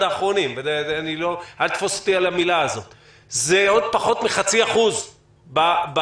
שקלים האחרונים זה עוד פחות מחצי אחוז בתוצר.